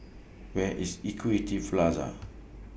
Where IS Equity Plaza